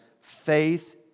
faith